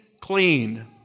clean